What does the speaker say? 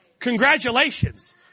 Congratulations